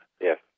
Yes